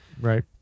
Right